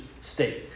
state